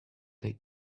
take